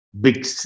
big